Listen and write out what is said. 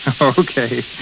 Okay